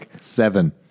Seven